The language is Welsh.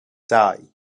dau